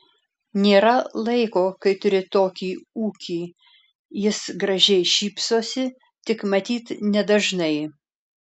nėra laiko kai turi tokį ūkį jis gražiai šypsosi tik matyt nedažnai